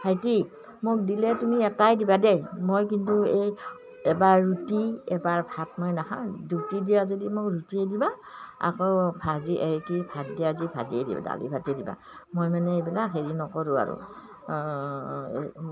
ভাইটি মোক দিলে তুমি এটাই দিবা দেই মই কিন্তু এই এবাৰ ৰুটি এবাৰ ভাত মই নাখাওঁ ৰুটি দিয়া যদি মোক ৰুটিয়ে দিবা আকৌ ভাজি এই কি ভাত দিয়াজি ভাজিয়ে দিবা দালি ভাজি দিবা মই মানে এইবিলাক হেৰি নকৰোঁ আৰু